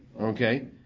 Okay